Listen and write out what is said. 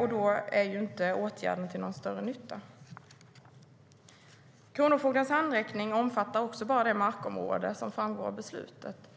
och då är åtgärden inte till någon större nytta. Kronofogdens handräckning omfattar bara det markområde som framgår av beslutet.